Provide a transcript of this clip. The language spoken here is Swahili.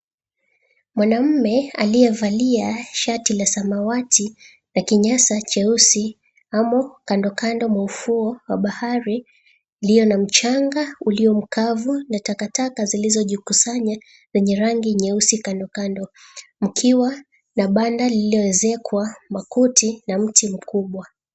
Mwanamme aliyevalia shati la samawati na kinyasa cheusi amo kando kando mwa ufuo wa bahari ilio na mchanga ulio mkavu na takataka zilizojikusanya lenye rangi nyeusi kando kando mkiwa na banda lililoezekwa makuti na mti mkubwa.